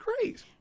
great